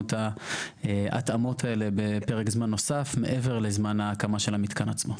את ההתאמות האלה בפרק זמן נוסף מעבר לזמן ההקמה של המתקן עצמו.